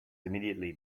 immediately